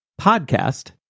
podcast